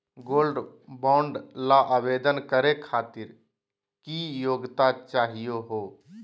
Gold bond ल आवेदन करे खातीर की योग्यता चाहियो हो?